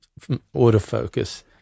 autofocus